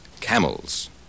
camels